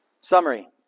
summary